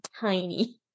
tiny